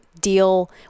deal